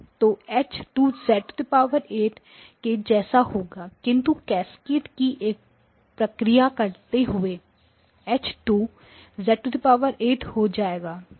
तो H2 के जैसा होगा किंतु कैस्केड की एक प्रक्रिया करते हुए H2 हो जाएगा